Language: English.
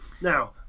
Now